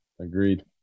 Agreed